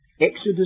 Exodus